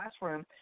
classroom